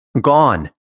Gone